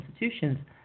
institutions